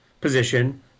position